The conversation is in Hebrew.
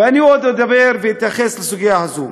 ואני עוד אדבר על הסוגיה הזאת.